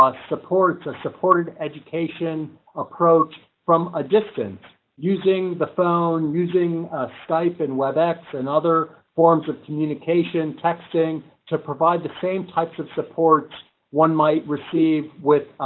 ah support to supported education ah proach from a distance using the phone using skype and webex and other forms of communication texting to provide the same types of support one might receive with